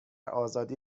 آزادی